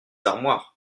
armoires